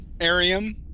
arium